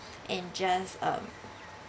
and just um